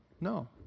No